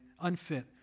unfit